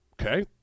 Okay